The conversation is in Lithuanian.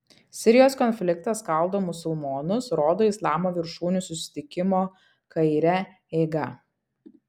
sirijos konfliktas skaldo musulmonus rodo islamo viršūnių susitikimo kaire eiga